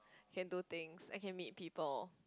can do things I can meet people